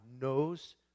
knows